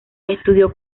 estudió